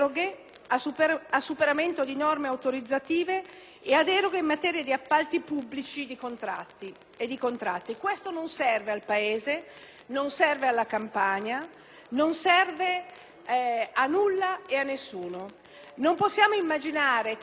al superamento di norme autorizzative e a deroghe in materia di appalti pubblici e di contratti. Ciò non serve al Paese, né alla Campania: non serve a nulla e a nessuno. Non possiamo immaginare che